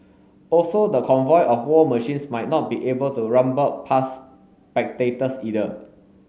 also the convoy of war machines might not be able to rumble past spectators either